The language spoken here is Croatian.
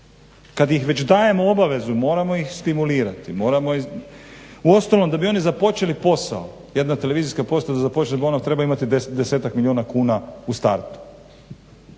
Kad im već dajemo obavezu moramo ih stimulirati. Uostalom da bi oni započeli posao jedna televizijska postaja da bi započela ona treba imati 10-ak milijuna kuna u startu.